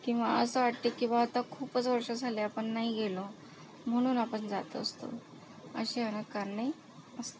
किंवा असं वाटते की बुवा आता खूपच वर्षं झाली आपण नाही गेलो म्हणून आपण जात असतो अशी आता कारणे असतात